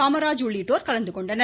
காமராஜ் உள்ளிட்டோர் கலந்துகொண்டனர்